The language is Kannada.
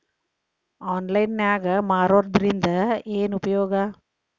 ಆನ್ಲೈನ್ ನಾಗ್ ಮಾರೋದ್ರಿಂದ ಏನು ಉಪಯೋಗ?